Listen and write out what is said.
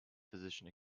physician